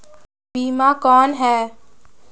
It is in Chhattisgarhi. बीमा कौन है?